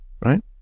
right